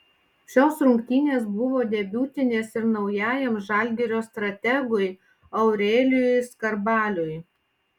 šios rungtynės buvo debiutinės ir naujajam žalgirio strategui aurelijui skarbaliui